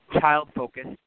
child-focused